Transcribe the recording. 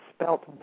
spelt